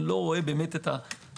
אני לא רואה באמת את התחרות.